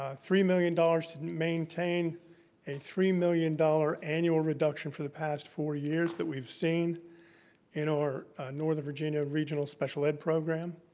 ah three million dollars to maintain a three million dollars annual reduction for the past four years that we've seen in our northern virginia regional special ed program.